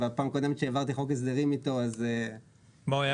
אבל פעם קודמת שהעברתי חוק הסדרים איתו אז --- מה הוא היה?